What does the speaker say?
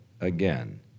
again